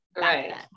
right